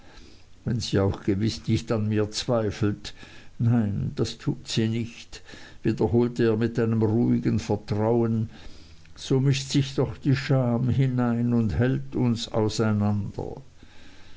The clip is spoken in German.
wenn sie auch gewiß nicht an mir zweifelt nein das tut sie nicht wiederholte er mit einem ruhigen vertrauen so mischt sich doch die scham hinein und hält uns auseinander